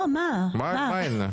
לא, זה היה לפיד באוצר.